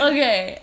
Okay